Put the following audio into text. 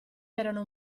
erano